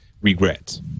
regret